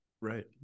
Right